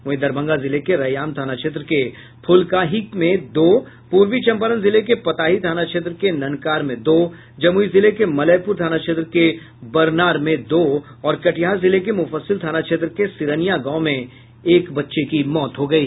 वहीं दरभंगा जिले के रैयाम थाना क्षेत्र के फुलकाही में दो पूर्वी चंपारण जिले के पताही थाना क्षेत्र के नन्हकार में दो जमुई जिले के मलयपुर थाना क्षेत्र के बरनार में दो और कटिहार जिले के मुफस्सिल थाना क्षेत्र के सिरनिया गांव में एक बच्चे की मौत हो गयी